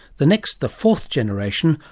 the next, the fourth generation,